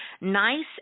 nice